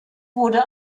wurde